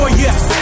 yes